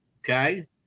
Okay